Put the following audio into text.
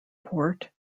port